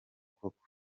koko